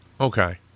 Okay